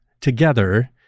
together